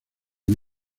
muy